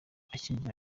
akinjira